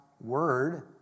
word